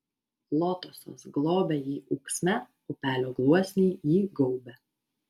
lotosas globia jį ūksme upelio gluosniai jį gaubia